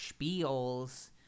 spiels